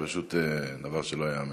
זה פשוט דבר שלא ייאמן.